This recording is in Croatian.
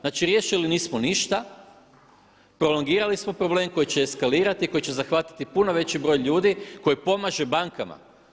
Znači riješili nismo ništa, prolongirali smo problem koji će eskalirati i koji će zahvatiti puno veći broj ljudi koji pomaže bankama.